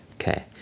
Okay